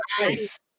Nice